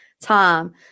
Tom